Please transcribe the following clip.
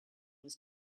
was